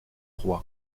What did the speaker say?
roy